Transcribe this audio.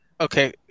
okay